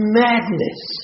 madness